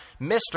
Mr